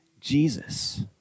Jesus